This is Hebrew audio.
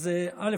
אז א.